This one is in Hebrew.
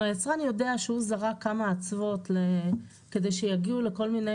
אם היצרן יודע שהוא זרק כמה אצוות כדי שיגיעו לכל מיני